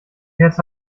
jetzt